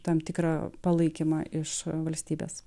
tam tikrą palaikymą iš valstybės